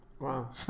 Wow